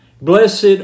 Blessed